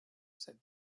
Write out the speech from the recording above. said